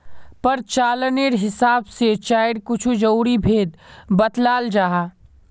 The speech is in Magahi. प्रचालानेर हिसाब से चायर कुछु ज़रूरी भेद बत्लाल जाहा